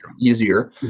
easier